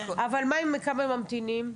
אבל כמה ממתינים?